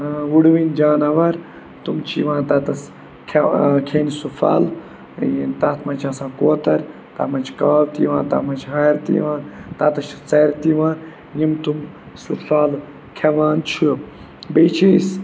وُڑوٕنۍ جاناوار تِم چھِ یِوان تَتَس کھٮ۪و کھیٚنہِ سُہ پھَل تَتھ منٛز چھِ آسان کوتَر تَتھ مَنٛز چھِ کاو تہِ یِوان تَتھ مَنٛز چھِ ہارِ تہِ یِوان تَتٮ۪تھ چھِ ژرِ تہِ یِوان یِم تٕم سُہ پھل کھٮ۪وان چھِ بیٚیہِ چھِ أسۍ